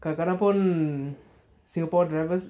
kadang-kadang pun singapore drivers